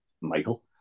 Michael